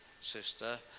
sister